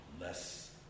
less